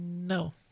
No